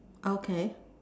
okay